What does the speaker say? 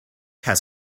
has